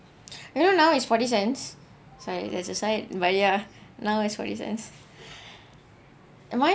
you know now is forty cents sorry there's a site but ya now is forty cents am I